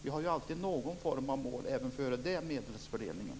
Vi har alltid någon form av mål även före den medelsfördelningen.